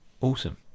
Awesome